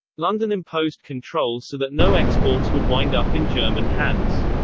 london imposed controls so that no exports would wind up in german hands.